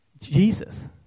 Jesus